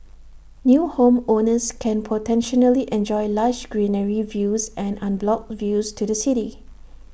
new homeowners can potentially enjoy lush greenery views and unblocked views to the city